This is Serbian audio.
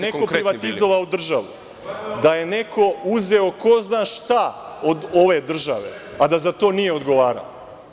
da je neko privatizovao državu, da je neko uzeo ko zna šta od ove države a da za to nije odgovarao.